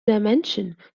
dimension